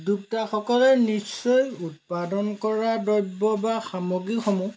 উদ্যোক্তাসকলে নিশ্চয় উৎপাদন কৰা দ্ৰব্য বা সামগ্ৰীসমূহ